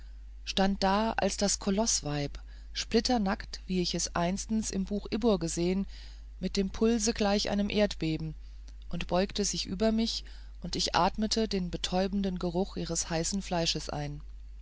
stand da als das koloßweib splitternackt wie ich es einstens im buche ibbur gesehen mit dem pulse gleich einem erdbeben und beugte sich über mich und ich atmete den betäubenden geruch ihres heißen fleisches ein